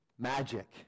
magic